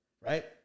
Right